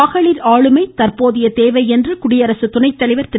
மகளிர் ஆளுமை தற்போதைய தேவை என்று குடியரசு துணைத்தலைவர் திரு